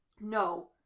no